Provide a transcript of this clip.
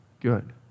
good